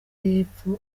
y’epfo